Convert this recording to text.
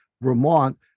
Vermont